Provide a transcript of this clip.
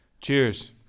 Cheers